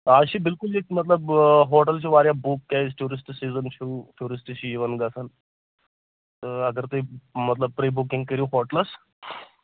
آز چھُ بِلکُل ییٚتہِ مطلب ہوٹل چھِ واریاہ بُک کیازِ ٹیوٗرِسٹ سیٖزَن چھُ ٹیوٗرِسٹ چھِ یِوان گژھان تہٕ اَگر تُہۍ مطلب پرِ بُکِنگ کٔرو ہوٹلَس